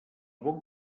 bon